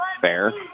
Fair